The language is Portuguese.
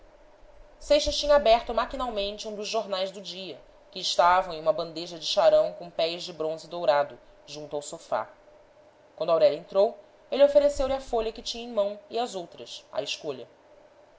tinha aberto maquinalmente um dos jornais do dia que estavam em uma bandeja de charão com pés de bronze dourado junto ao sofá quando aurélia entrou ele ofereceu-lhe a folha que tinha em mão e as outras à escolha